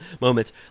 moments